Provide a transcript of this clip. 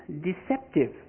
deceptive